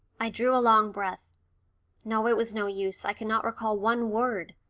i drew a long breath no, it was no use. i could not recall one word.